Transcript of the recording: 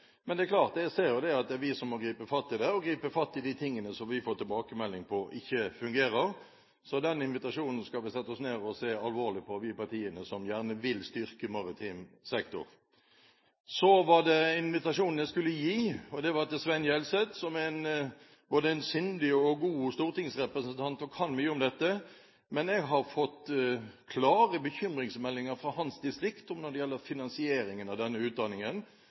er vi som må gripe fatt i det og gripe fatt i de tingene som vi får tilbakemelding om ikke fungerer. Så den invitasjonen skal vi sette oss ned og se alvorlig på, vi partiene som gjerne vil styrke maritim sektor. Så var det invitasjonen jeg skulle gi, og det var til Svein Gjelseth, som er en både sindig og god stortingsrepresentant og kan mye om dette. Men jeg har fått klare bekymringsmeldinger fra hans distrikt når det gjelder finansieringen av denne utdanningen.